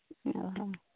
ᱚ ᱦᱚ